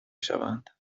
شوند